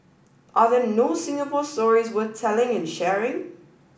are there no Singapore stories worth telling and sharing